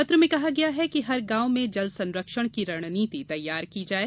पत्र में कहा गया है कि हर गॉव में जल संरक्षण की रणनीति तैयार की जाये